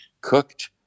cooked